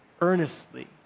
earnestly